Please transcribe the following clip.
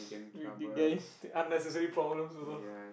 with you guys unnecessary problems also